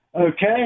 Okay